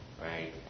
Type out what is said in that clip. right